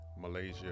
Malaysia